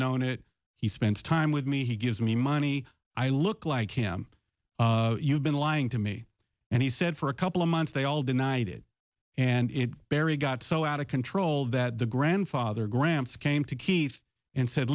known it he spends time with me he gives me money i look like him you've been lying to me and he said for a couple of months they all denied it and it barry got so out of control that the grandfather gramps came to keith and said